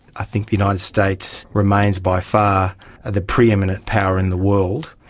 i think the united states remains by far the pre-eminent power in the world.